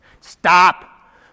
Stop